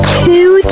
two